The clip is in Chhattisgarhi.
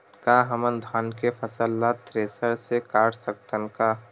का हमन धान के फसल ला थ्रेसर से काट सकथन का?